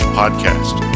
podcast